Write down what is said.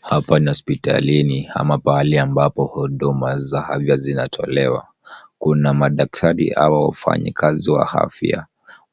Hapa ni hospitalini ama pahali ambapo huduma za afya zinatolewa. Kuna madaktari au wafanyikazi wa afya.